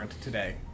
today